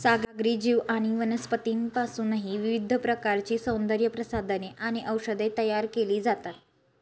सागरी जीव आणि वनस्पतींपासूनही विविध प्रकारची सौंदर्यप्रसाधने आणि औषधे तयार केली जातात